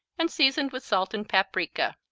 and seasoned with salt and paprika.